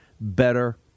Better